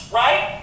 right